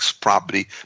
property